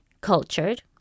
cultured